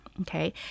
okay